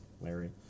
Larry